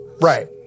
Right